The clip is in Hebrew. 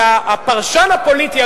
הפרשן הפוליטי,